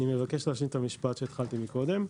אני מבקש להשלים את המשפט שהתחלתי קודם.